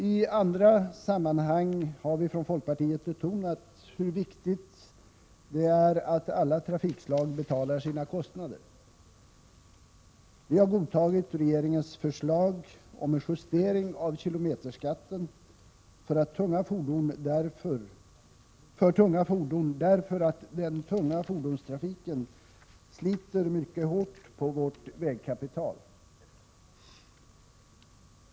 I andra sammanhang har vi från folkpartiet betonat hur viktigt det är att alla trafikslag betalar sina kostnader. Vi har godtagit regeringens förslag om en justering av kilometerskatten för tunga fordon därför att den tunga fordonstrafiken sliter mycket hårt på vårt vägkapital.